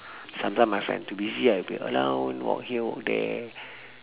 sometime my friend too busy I'll be around walk here walk there